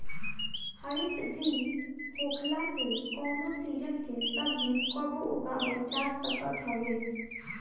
हरितगृह होखला से कवनो सीजन के सब्जी कबो उगावल जा सकत हवे